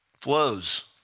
flows